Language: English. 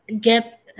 get